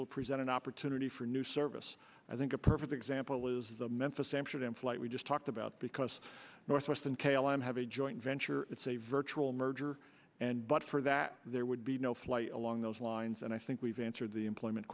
actual present an opportunity for new service i think a perfect example was the memphis amsterdam flight we just talked about because northwest and kayla don't have a joint venture it's a virtual merger and but for that there would be no flight along those lines and i think we've answered the employment